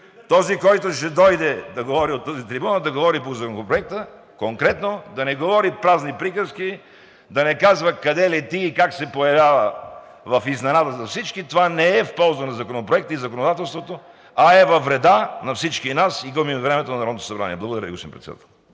този, който ще дойде да говори от тази трибуна, да говори по Законопроекта конкретно, да не говори празни приказки, да не казва къде лети и как се появява в изненада за всички. Това не е в полза на Законопроекта и законодателството, а е във вреда на всички нас и губим времето на Народното събрание. Благодаря Ви, господин Председател.